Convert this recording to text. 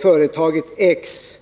Företaget X